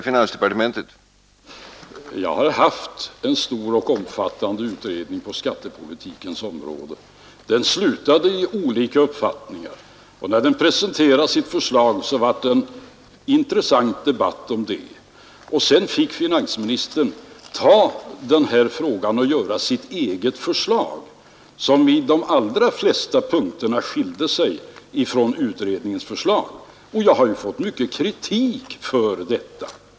Herr talman! Jag har haft en omfattande utredning på skattepolitikens område. Den resulterade i olika uppfattningar, och när den presenterade sitt förslag blev det en intressant debatt om detta. Sedan fick finansministern överta uppgiften och göra upp sitt eget förslag, som på många punkter skilde sig från utredningens förslag. Jag har ju fått mycket kritik för detta.